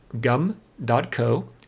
gum.co